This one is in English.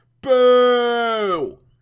Boo